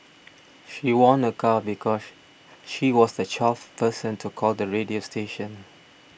she won a car because she was the twelfth person to call the radio station